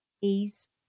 ease